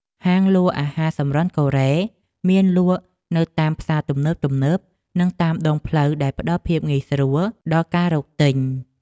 ហាងលក់អាហារសម្រន់កូរ៉េមានលក់នៅតាមផ្សារទំនើបនិងតាមដងផ្លូវដែលផ្តល់ភាពងាយស្រួលដល់ការរកទិញ។